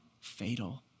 fatal